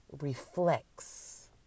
reflects